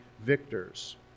victors